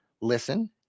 listen